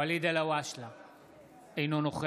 אינו נוכח